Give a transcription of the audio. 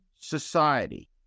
society